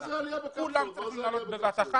כולם צריכים לעלות בבת אחת.